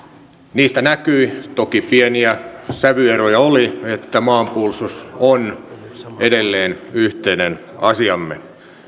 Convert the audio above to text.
niistä näkyi toki pieniä sävyeroja oli että maanpuolustus on edelleen yhteinen asiamme